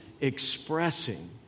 expressing